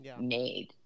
made